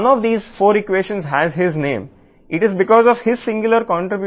కాబట్టి ఈ 4 ఈక్వేషన్లలో ఏదీ అతని పేరును కలిగి లేనప్పటికీ